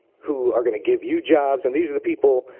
who are gonna give you jobs and these are the people,